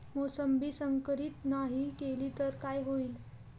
मोसंबी संकरित नाही केली तर काय होईल?